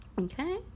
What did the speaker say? okay